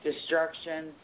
destruction